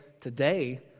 today